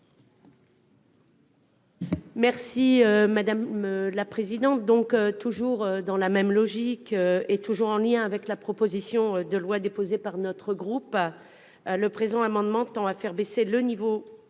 est à Mme Cathy Apourceau-Poly. Dans la même logique, et toujours en lien avec la proposition de loi déposée par notre groupe, le présent amendement tend à faire baisser le niveau